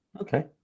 Okay